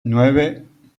nueve